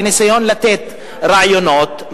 בניסיון לתת רעיונות,